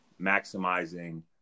maximizing